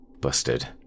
Busted